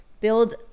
build